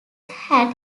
had